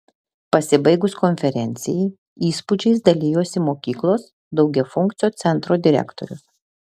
pasibaigus konferencijai įspūdžiais dalijosi mokyklos daugiafunkcio centro direktorius